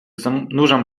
zanurzam